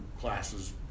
classes